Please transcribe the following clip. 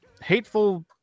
hateful